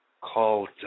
called